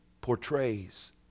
portrays